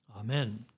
Amen